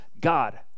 God